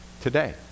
today